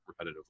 repetitively